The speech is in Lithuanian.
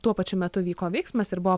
tuo pačiu metu vyko veiksmas ir buvo